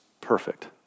perfect